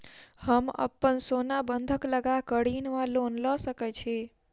हम अप्पन सोना बंधक लगा कऽ ऋण वा लोन लऽ सकै छी?